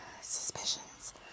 suspicions